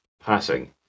Passing